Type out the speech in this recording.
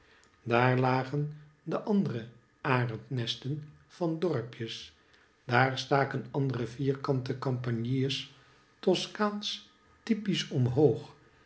daar lagen de andere arendnesten van dorpjes daar staken andere vierkante campaniles toskaansch typiesch omhoog